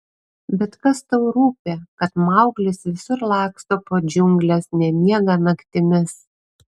bet kas tau rūpi kad mauglis visur laksto po džiungles nemiega naktimis